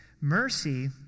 Mercy